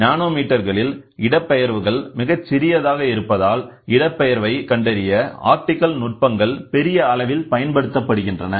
இன்று நானோமீட்டர்களில் இடப்பெயர்வுகள் மிகச்சிறியதாக இருப்பதால் இடப்பெயர்வை கண்டறிய ஆப்டிகல் நுட்பங்கள் பெரிய அளவில் பயன்படுத்தப்படுகின்றன